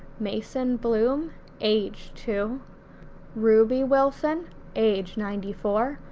mason blum age two ruby wilson age ninety four,